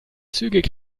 zügig